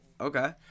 Okay